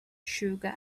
sugar